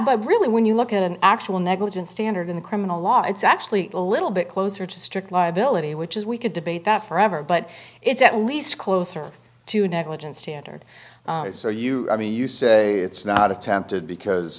but really when you look at an actual negligence standard in criminal law it's actually a little bit closer to strict liability which is we could debate that forever but it's at least closer to a negligence standard so you i mean you say it's not attempted because